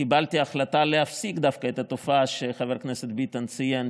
קיבלתי החלטה להפסיק דווקא את התופעה שחבר הכנסת ביטן ציין,